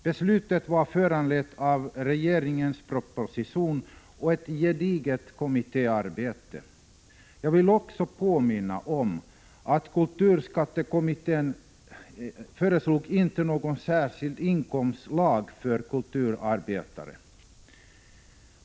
Beslutet var föranlett av regeringens proposition, som hade föregåtts av ett gediget kommittéarbete. Jag vill också påminna om att kulturskattekommittén inte föreslog någon särskild inkomstlag för kulturarbetare.